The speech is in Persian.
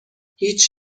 هیچ